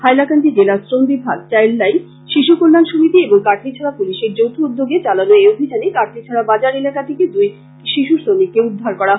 হাইলাকান্দি জেলা শ্রম বিভাগ চাইন্ড লাইন শিশু কল্যান সমিতি এবং কাটলীছড়া পুলিশের যৌথ উদ্যোগে চালায়ে এই অভিযানে কাটলীছড়া বাজার এলাকা থেকে দুই শিশু শ্রমিককে উদ্ধার করা হয়